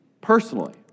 personally